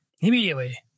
Immediately